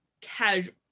casual